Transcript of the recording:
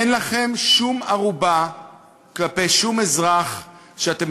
אין לכם שום ערובה כלפי שום אזרח שאתם